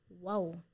Wow